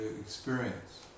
experience